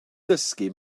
dysgu